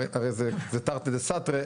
הרי זה תרתי דסתרי,